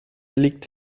liegt